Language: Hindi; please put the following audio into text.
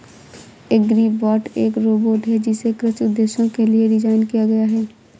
एग्रीबॉट एक रोबोट है जिसे कृषि उद्देश्यों के लिए डिज़ाइन किया गया है